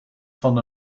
van